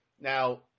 Now